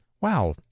Wow